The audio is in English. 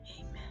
amen